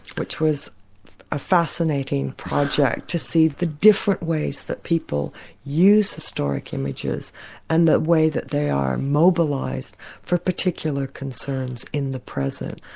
which was a fascinating project to see the different ways that people use historic images and the way that they are mobilised for particular concerns in the present.